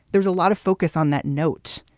there's a lot of focus on that note.